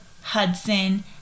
Hudson